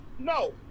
No